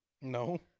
no